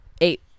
Eight